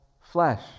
flesh